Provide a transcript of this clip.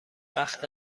وقت